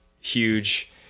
huge